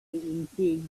increased